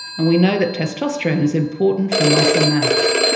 and we know that testosterone is important for muscle mass.